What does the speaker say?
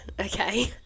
okay